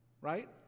right